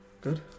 Good